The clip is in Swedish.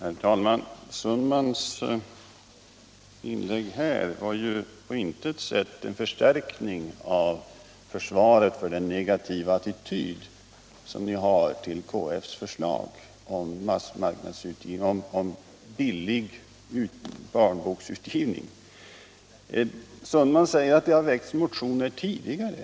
Herr talman! Herr Sundmans inlägg här var på intet sätt någon förstärkning av försvaret för den negativa attityd ni har till KF:s förslag om utgivning av billiga barnböcker. Herr Sundman säger att det har väckts motioner tidigare.